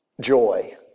joy